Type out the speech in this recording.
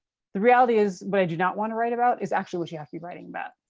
the reality is what i do not want to write about is actually what you have to be writing about,